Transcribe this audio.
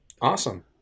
Awesome